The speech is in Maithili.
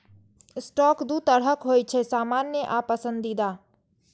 स्टॉक दू तरहक होइ छै, सामान्य आ पसंदीदा